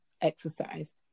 exercise